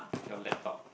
your laptop